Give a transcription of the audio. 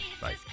Bye